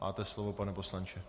Máte slovo, pane poslanče.